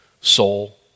soul